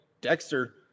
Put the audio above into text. Dexter